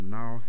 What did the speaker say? now